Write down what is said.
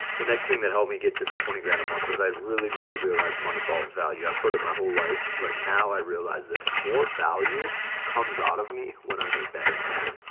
the next thing that helped me get to the twenty grand a month was i really really realized money follows value. i've heard it my whole life. but now i realized this more value comes out of me when i'm a better man.